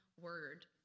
word